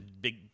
big